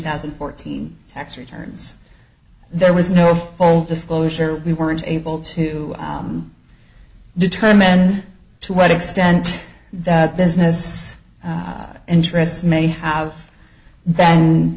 thousand and fourteen tax returns there was no full disclosure we weren't able to determine to what extent that business interests may have th